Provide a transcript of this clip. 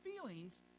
feelings